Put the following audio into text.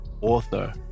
Author